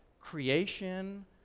creation